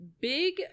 big